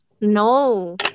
no